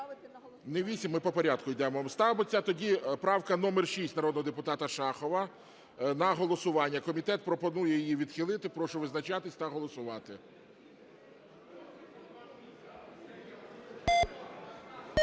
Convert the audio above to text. Не 8, ми по порядку йдемо. Ставиться тоді правка номер 6 народного депутата Шахова на голосування. Комітет пропонує її відхилити. Прошу визначатися та голосувати.